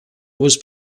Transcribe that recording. was